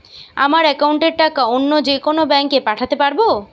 আমার একাউন্টের টাকা অন্য যেকোনো ব্যাঙ্কে পাঠাতে পারব?